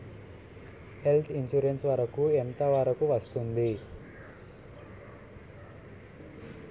Health insurance ఎంత వరకు వస్తుంది?